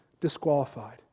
disqualified